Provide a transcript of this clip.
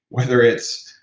whether it's